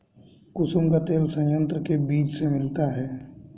कुसुम का तेल संयंत्र के बीज से मिलता है